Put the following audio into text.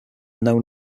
known